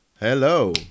Hello